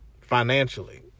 Financially